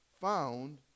found